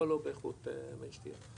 אבל לא באיכות מי שתייה,